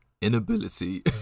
inability